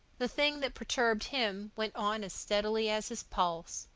the thing that perturbed him went on as steadily as his pulse,